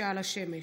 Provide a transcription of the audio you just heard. שאל השמש.